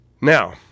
Now